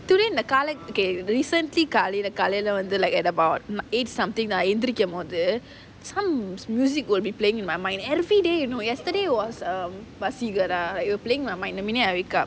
காலை:kaalai okay recently காலைல காலைல:kaalaila kaalaila like at about eight something நான் எந்திரிக்க போது:naan enthirika pothu some music will be playing in my mind everyday you know yesterday was um Vaseegara like it will playing my mind the minute I wake up